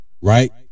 right